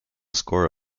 score